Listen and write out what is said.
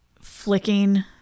flicking